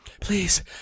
Please